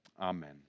amen